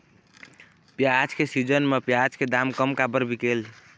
प्याज के सीजन म प्याज के दाम कम काबर बिकेल?